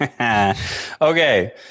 okay